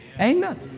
Amen